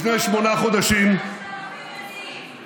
לפני שמונה חודשים, 3,000 מתים.